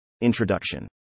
Introduction